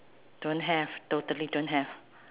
don't have totally don't have